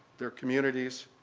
their communities,